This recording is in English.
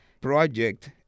project